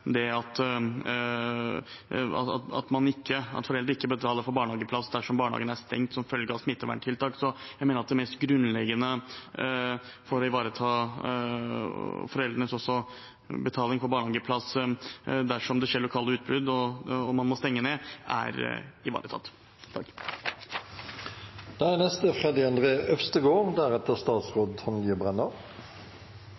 det er to separate forslag her, vil jeg framheve det at foreldre ikke betaler for barnehageplass dersom barnehagen er stengt som følge av smitteverntiltak. Jeg mener at det mest grunnleggende for å ivareta foreldrenes betaling for barnehageplass dersom det skjer lokale utbrudd og man må stenge ned, er ivaretatt. Det er